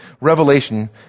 Revelation